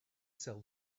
sell